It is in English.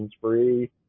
free